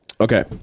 Okay